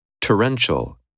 Torrential